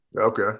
Okay